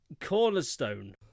cornerstone